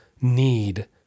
need